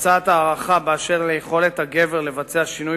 ומתבצעת הערכה בדבר היכולת של הגבר לבצע שינוי